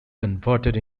converted